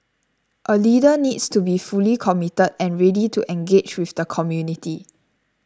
a leader needs to be fully committed and ready to engage with the community